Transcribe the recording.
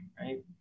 Right